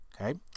Okay